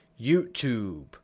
YouTube